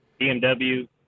BMW